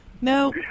no